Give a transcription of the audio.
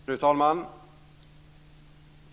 Fru talman!